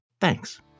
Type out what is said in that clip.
Thanks